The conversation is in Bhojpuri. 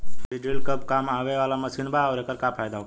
बीज ड्रील कब काम आवे वाला मशीन बा आऊर एकर का फायदा होखेला?